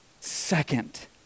Second